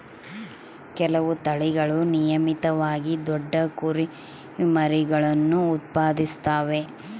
ಕೆಲವು ತಳಿಗಳು ನಿಯಮಿತವಾಗಿ ದೊಡ್ಡ ಕುರಿಮರಿಗುಳ್ನ ಉತ್ಪಾದಿಸುತ್ತವೆ